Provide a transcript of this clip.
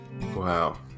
Wow